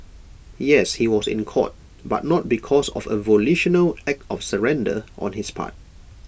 yes he was in court but not because of A volitional act of surrender on his part